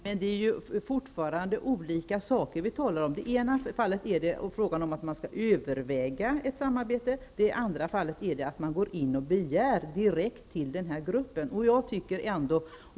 Herr talman! Vi talar fortfarande om olika saker. I det ena fallet är det fråga om att man kan överväga ett samarbete, i det andra gäller det att man direkt begär ett sådant hos denna grupp.